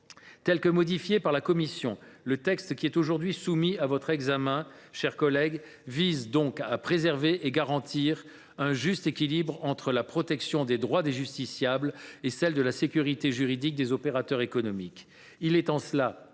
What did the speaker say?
a été modifié par la commission, le texte qui est aujourd’hui soumis à votre examen, mes chers collègues, vise donc à préserver et à garantir un juste équilibre entre la protection des droits des justiciables et la sécurité juridique des opérateurs économiques.